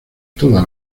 toda